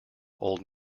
old